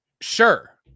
sure